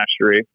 mastery